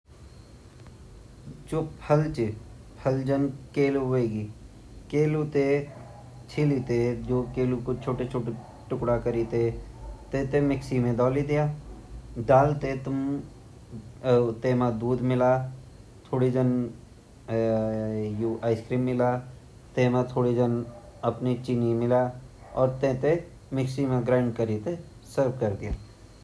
फल पहली हमुन केला ले ल्येन फिर वेते छिलीते हमुन वेते मिक्सी मा डान ,मिक्सी मा थोड़ा दूध अर केला डालिते अर वेगि मिक्सी करिते वेमा हमुन आपा चीनी डान अर चीनी डालीते हमुन वेते मिक्स करिते गिलास मा गाड़ीते बादाम - बुदूम दाईते शेक बड़ेते प्योंड़।